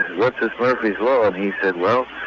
what's is murphy's law? and he said, well,